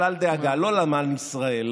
אבל אל דאגה, לא אלמן ישראל.